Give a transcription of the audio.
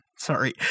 Sorry